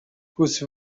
whose